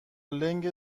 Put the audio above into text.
لنگ